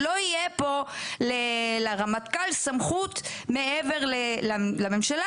שלא יהיה לרמטכ"ל סמכות מעבר לממשלה,